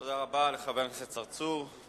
תודה רבה לחבר הכנסת צרצור.